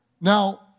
Now